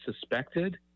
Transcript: suspected